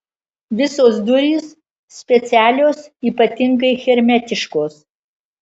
visos durys specialios ypatingai hermetiškos